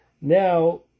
Now